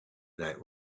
that